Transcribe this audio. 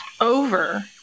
Over